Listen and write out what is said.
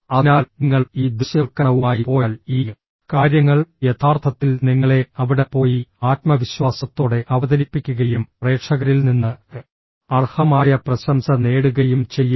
അതിനാൽ നിങ്ങൾ ഈ ദൃശ്യവൽക്കരണവുമായി പോയാൽ ഈ കാര്യങ്ങൾ യഥാർത്ഥത്തിൽ നിങ്ങളെ അവിടെ പോയി ആത്മവിശ്വാസത്തോടെ അവതരിപ്പിക്കുകയും പ്രേക്ഷകരിൽ നിന്ന് അർഹമായ പ്രശംസ നേടുകയും ചെയ്യും